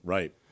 Right